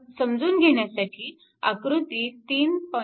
समजून घेण्यासाठी आकृती 3